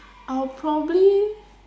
I would probably